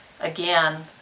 again